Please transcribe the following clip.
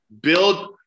Build